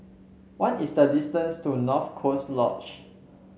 what is the distance to North Coast Lodge